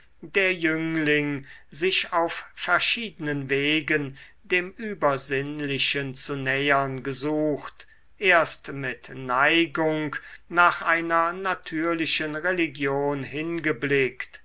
der jüngling sich auf verschiedenen wegen dem übersinnlichen zu nähern gesucht erst mit neigung nach einer natürlichen religion